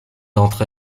d’entre